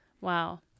Wow